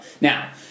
Now